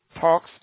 talks